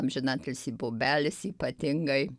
amžinatilsį bobelis ypatingai